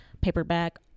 paperback